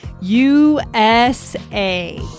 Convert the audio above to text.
USA